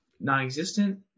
non-existent